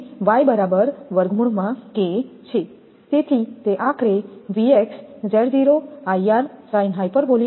અને અહીં તે બરાબર √𝐾 છે તેથી તે આખરે 𝑉𝑥 બનશે